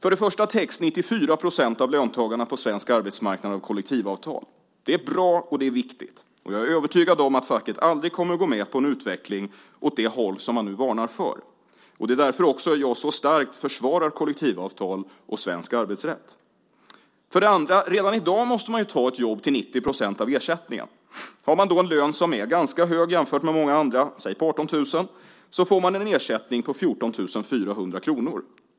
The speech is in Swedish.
För det första täcks 94 % av löntagarna på svensk arbetsmarknad av kollektivavtal. Det är bra, och det är viktigt, och jag är övertygad om att facket aldrig kommer att gå med på en utveckling åt det håll som man nu varnar för. Det är också därför jag så starkt försvarar kollektivavtal och svensk arbetsrätt. För det andra: Redan i dag måste man ju ta ett jobb till 90 % av ersättningen. Har man då en lön som är ganska hög jämfört med många andra, säg på 18 000 kr, så får man en ersättning på 14 400 kr.